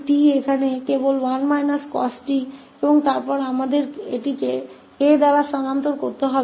तो यहाँ 𝑓𝑡 केवल 1 cost है और फिर हमें इसे इस 𝑎 द्वारा स्थानांतरित करना होगा